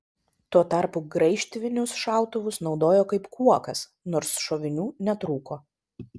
tuo tarpu graižtvinius šautuvus naudojo kaip kuokas nors šovinių netrūko